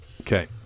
Okay